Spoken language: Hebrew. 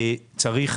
צריך